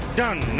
done